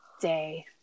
day